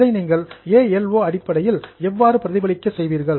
இதை நீங்கள் A L O அடிப்படையில் எவ்வாறு பிரதிபலிக்கச் செய்வீர்கள்